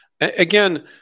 Again